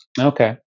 Okay